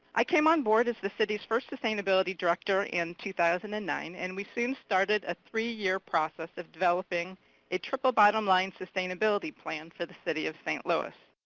i came on board as the city's first sustainability director in two thousand and nine. and we soon started a three year process of developing a triple bottom line sustainability plan for the city of st. louis.